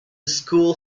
school